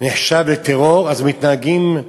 נחשב לטרור, אז מתנהגים,